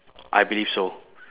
I believe so